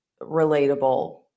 relatable